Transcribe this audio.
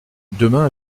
demain